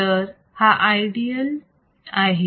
तर हा आयडियल आहे